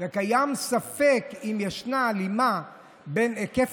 וקיים ספק אם ישנה הלימה בין היקף